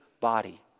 body